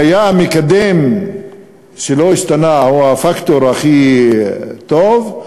מקדם, כשהיה מקדם שלא השתנה, או הפקטור הכי טוב.